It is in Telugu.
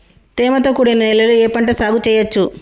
తేమతో కూడిన నేలలో ఏ పంట సాగు చేయచ్చు?